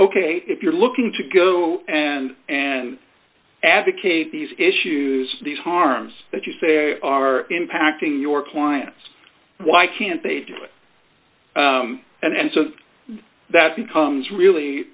ok if you're looking to go and and advocate these issues these harms that you say are impacting your clients why can't they do it and so that becomes really